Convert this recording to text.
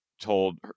told